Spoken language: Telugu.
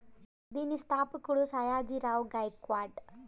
దీని స్థాపకుడు సాయాజీ రావ్ గైక్వాడ్